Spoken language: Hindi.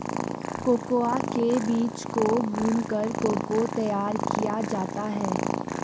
कोकोआ के बीज को भूनकर को को तैयार किया जाता है